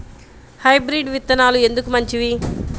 Hybrid విత్తనాలు ఎందుకు మంచివి?